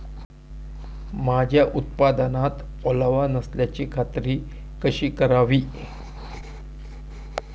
माझ्या उत्पादनात ओलावा नसल्याची खात्री कशी करावी?